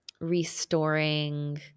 restoring